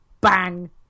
bang